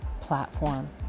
platform